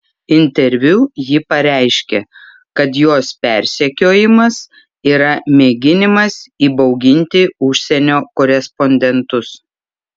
interviu ji pareiškė kad jos persekiojimas yra mėginimas įbauginti užsienio korespondentus